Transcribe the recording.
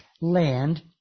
land